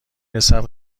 رسد